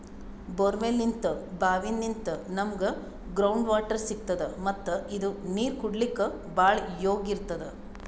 ಬೋರ್ವೆಲ್ನಿಂತ್ ಭಾವಿನಿಂತ್ ನಮ್ಗ್ ground water ಸಿಗ್ತದ ಮತ್ತ್ ಇದು ನೀರ್ ಕುಡ್ಲಿಕ್ಕ್ ಭಾಳ್ ಯೋಗ್ಯ್ ಇರ್ತದ್